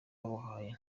yabahaye